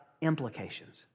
implications